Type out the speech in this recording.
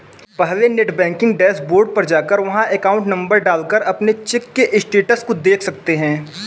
पहले net banking dashboard पर जाकर वहाँ अकाउंट नंबर डाल कर अपने चेक के स्टेटस को देख सकते है